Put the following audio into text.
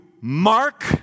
Mark